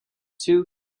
two